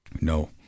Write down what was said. no